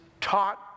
taught